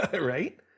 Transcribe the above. right